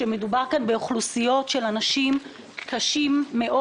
מדובר כאן באוכלוסיות של חולים קשים מאוד